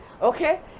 Okay